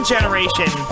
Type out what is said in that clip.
Generation